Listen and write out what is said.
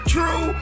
True